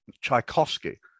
Tchaikovsky